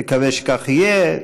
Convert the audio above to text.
נקווה שכך יהיה.